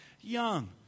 young